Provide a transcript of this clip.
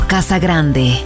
Casagrande